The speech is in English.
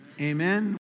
amen